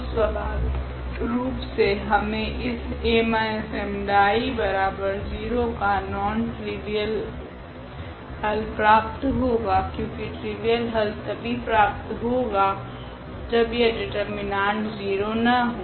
तो स्वभाविक रूप से हमे इस 𝐴−𝜆𝐼0 का नॉन ट्रिवियल हल प्राप्त होगा क्योकि ट्रिवियल हल तभी प्राप्त होगा जब यह डिटर्मिनेंट 0 न हो